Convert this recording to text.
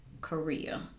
Korea